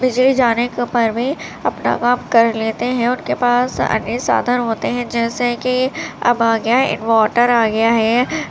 بجلی جانے کے پر میں اپنا کام کر لیتے ہیں ان کے پاس انیہ سادھن ہوتے ہیں جیسے کہ اب آ گیا ہے انواٹر آ گیا ہے